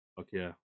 Okay